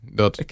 dat